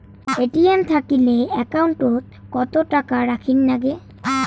ATM থাকিলে account ওত কত টাকা রাখীর নাগে?